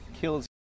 kills